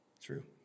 True